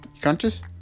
conscious